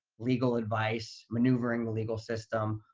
legal advice, maneuvering the legal system,